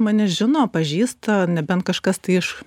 mane žino pažįsta nebent kažkas tai iš